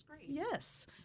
Yes